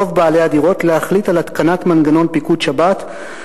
"רוב בעלי הדירות להחליט על התקנת מנגנון פיקוד שבת,